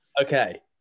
Okay